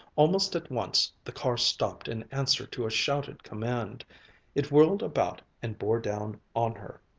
almost at once the car stopped in answer to a shouted command it whirled about and bore down on her.